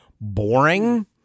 boring